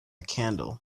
candle